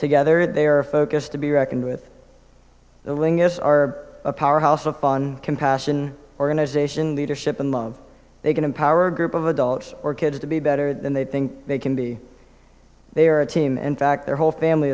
together they are focused to be reckoned with the lng is are a powerhouse of fun compassion organization leadership and love they can empower group of adults or kids to be better than they think they can be they are a team in fact their whole family